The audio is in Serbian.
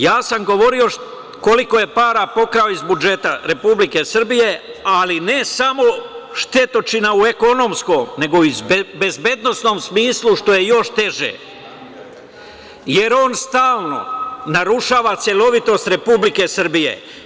Ja sam govorio koliko je para pokrao iz budžeta Republike Srbije, ali ne samo štetočina u ekonomskom, nego iz bezbednosnom smislu, što je još teže, jer on stalno narušava celovitost Republike Srbije.